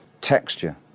texture